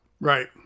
Right